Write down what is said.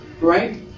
right